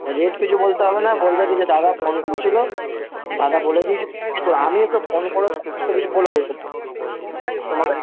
rate কিছু বলতে হবে না বলবে কী যে দাদা ফোন করেছিলো দাদা বলে দিয়ে আমি ওকে ফোন করে সমস্ত কিছু বলে দেবো তোমাকে